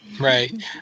right